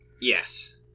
Yes